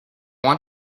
want